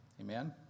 Amen